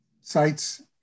sites